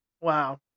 Wow